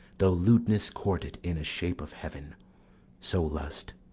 though lewdness court it in a shape of heaven so lust,